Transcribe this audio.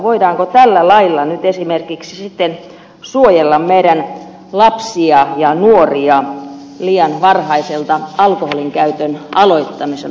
voidaanko tällä lailla nyt sitten esimerkiksi suojella meidän lapsiamme ja nuoriamme liian varhaiselta alkoholinkäytön aloittamiselta